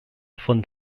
von